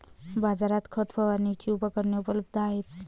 बाजारात खत फवारणीची उपकरणे उपलब्ध आहेत